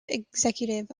executive